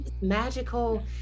Magical